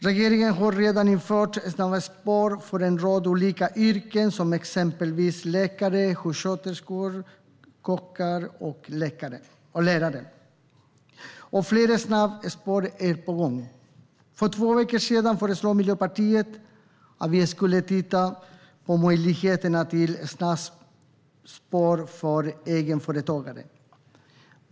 Regeringen har redan infört snabbspår för en rad olika yrken som exempelvis läkare, sjuksköterskor, kockar och lärare, och fler snabbspår är på gång. För två veckor sedan föreslog Miljöpartiet att vi skulle titta på möjligheterna till snabbspår för egenföretagare.